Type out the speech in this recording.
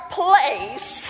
place